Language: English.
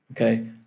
okay